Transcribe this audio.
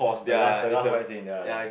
the last last one as in ya ya ya